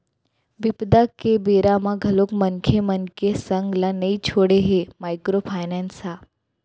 बिपदा के बेरा म घलोक मनखे मन के संग ल नइ छोड़े हे माइक्रो फायनेंस ह